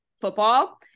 football